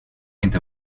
inte